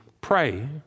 pray